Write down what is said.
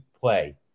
play